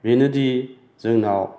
बेनोदि जोंनाव